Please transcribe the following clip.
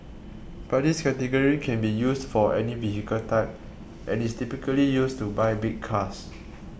but this category can be used for any vehicle type and is typically used to buy big cars